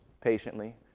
patiently